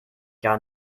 gar